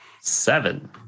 Seven